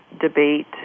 debate